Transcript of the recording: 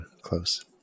Close